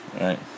Right